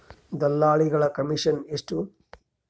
ದಲ್ಲಾಳಿಗಳ ಕಮಿಷನ್ ಎಷ್ಟು?